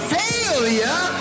failure